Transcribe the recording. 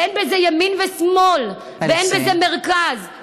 ואין בזה ימין ושמאל ואין בזה מרכז.